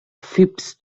phipps